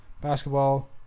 basketball